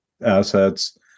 assets